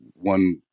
one